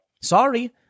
Sorry